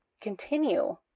continue